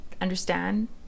understand